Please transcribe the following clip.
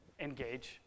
engage